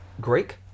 Greek